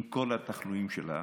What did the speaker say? עם כל התחלואים שלה,